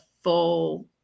full